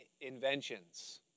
inventions